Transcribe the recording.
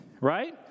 right